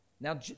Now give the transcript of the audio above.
Now